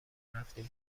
رفتیم